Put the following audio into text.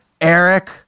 Eric